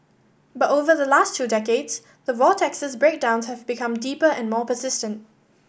but over the last two decades the vortex's breakdowns have become deeper and more persistent